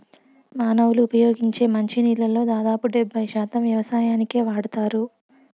మానవులు ఉపయోగించే మంచి నీళ్ళల్లో దాదాపు డెబ్బై శాతం వ్యవసాయానికే వాడతారు